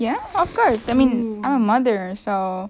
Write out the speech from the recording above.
ya of course I mean I'm a mother so